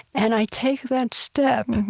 and i take that step,